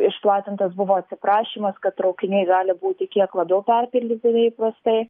išplatintas buvo atsiprašymas kad traukiniai gali būti kiek labiau perpildyti nei įprastai